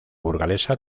burgalesa